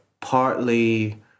partly